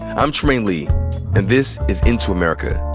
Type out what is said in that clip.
i'm trymaine lee and this is into america.